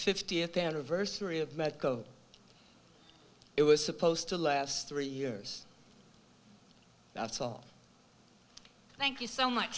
fiftieth anniversary of medco it was supposed to last three years that's all thank you so much